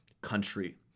country